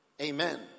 Amen